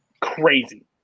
Crazy